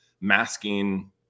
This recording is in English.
masking